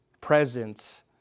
presence